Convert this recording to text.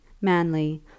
manly